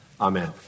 Amen